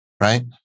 right